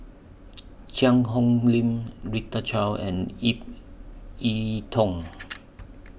Cheang Hong Lim Rita Chao and Ip Yiu Tung